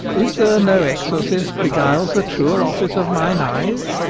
is there no exorcist beguiles the truer office of mine eyes?